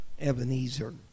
Ebenezer